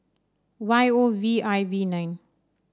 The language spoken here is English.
Y O V I V nine